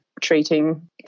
treating